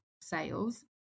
sales